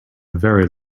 very